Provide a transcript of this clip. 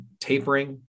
tapering